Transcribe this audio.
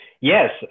Yes